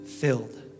filled